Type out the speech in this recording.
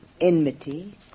enmity